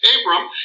Abram